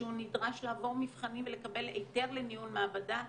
שהוא נדרש לעבור מבחנים ולקבל היתר לניהול מעבדה,